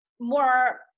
more